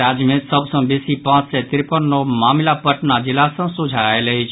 राज्य मे सभ सँ बेसी पांच सय तिरपन नव मामिला पटना जिला सँ सोझा आयल अछि